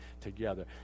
together